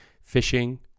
fishing